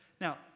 Now